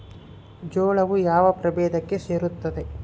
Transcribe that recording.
ಜೋಳವು ಯಾವ ಪ್ರಭೇದಕ್ಕೆ ಸೇರುತ್ತದೆ?